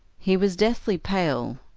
he was deathly pale,